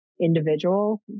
individual